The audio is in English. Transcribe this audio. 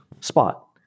spot